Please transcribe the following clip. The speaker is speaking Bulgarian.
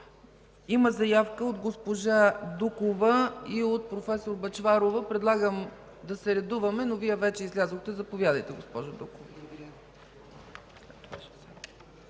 Има заявка от госпожа Дукова и от проф. Бъчварова. Предлагам да се редуваме, но Вие вече излязохте – заповядайте, госпожо Дукова.